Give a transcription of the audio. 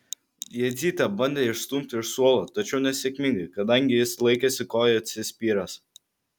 jadzytė bandė išstumti iš suolo tačiau nesėkmingai kadangi jis laikėsi koja atsispyręs